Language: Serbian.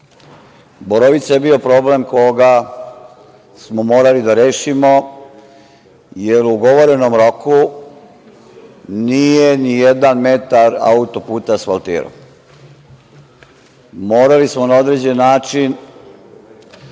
Borovica je bio problem koga smo morali da rešimo, jer u ugovorenom roku nije nijedan metar auto-puta asfaltirao. Morali smo na određeni način